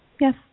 Yes